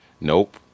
Nope